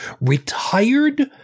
retired